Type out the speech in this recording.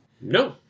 No